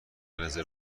رزرو